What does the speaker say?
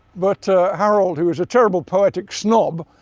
but harald, who is a terrible poetic snob,